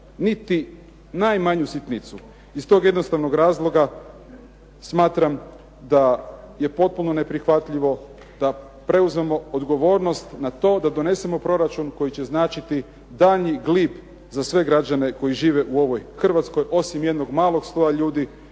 Niti najmanju sitnicu. Iz toga jednostavnog razloga, smatram da je potpuno neprihvatljivo da preuzmemo odgovornost na to da donesemo proračun koji će značiti daljnji glib za sve građane koji žive u ovoj Hrvatskoj, osim jednog malog sloja ljudi